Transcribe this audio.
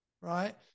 right